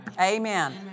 Amen